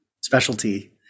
specialty